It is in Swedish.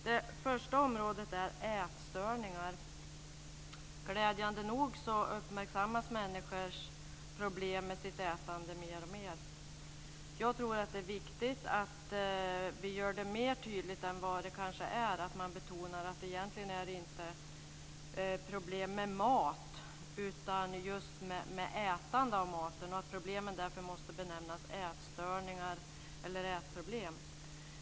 Det första området är ätstörningar. Glädjande nog uppmärksammas människors problem med ätandet mer och mer. Jag tror att det är viktigt att vi gör det ändå mer tydligt och att man betonar att det egentligen inte är problem med mat utan just med ätandet av mat, och att problemen därför måste benämnas ätstörningar eller ätproblem.